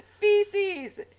feces